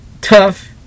tough